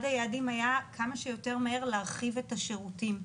אחד היעדים היה כמה שיותר מהר להרחיב את השירותים,